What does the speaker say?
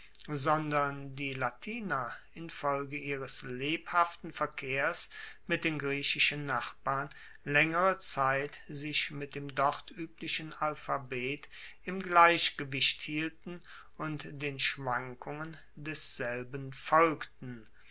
sondern die latiner infolge ihres lebhaften verkehrs mit den griechischen nachbarn laengere zeit sich mit dem dort ueblichen alphabet im gleichgewicht hielten und den schwankungen desselben folgten